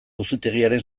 auzitegiaren